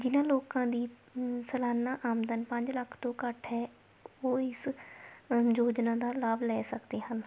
ਜਿਨ੍ਹਾਂ ਲੋਕਾਂ ਦੀ ਸਲਾਨਾ ਆਮਦਨ ਪੰਜ ਲੱਖ ਤੋਂ ਘੱਟ ਹੈ ਉਹ ਇਸ ਯੋਜਨਾ ਦਾ ਲਾਭ ਲੈ ਸਕਦੇ ਹਨ